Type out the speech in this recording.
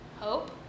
Hope